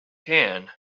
can